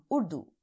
Urdu